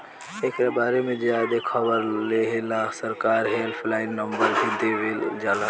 एकरा बारे में ज्यादे खबर लेहेला सरकार हेल्पलाइन नंबर भी देवल जाला